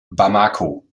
bamako